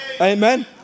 Amen